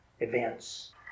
events